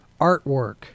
artwork